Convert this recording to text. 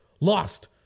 lost